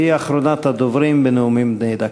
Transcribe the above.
אחרונת הדוברים בנאומים בני דקה.